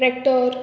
tractor